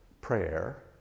prayer